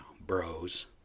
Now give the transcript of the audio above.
bros